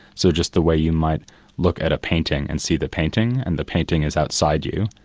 so just the way you might look at a painting and see the painting, and the painting is outside you,